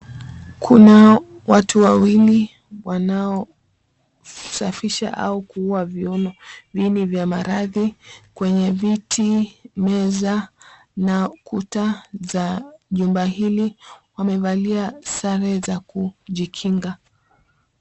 Kuna watu wawili wanaosafisha au kua vini vya maradhi kwenye viti, meza na kuta za jumba hili, wamevalia sare za kujikinga.